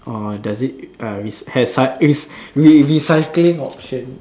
or does it uh rec~ has is re~ recycling option